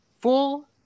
full